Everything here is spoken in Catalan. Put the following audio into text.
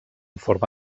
forma